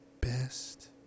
best